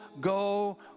go